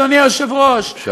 אדוני היושב-ראש,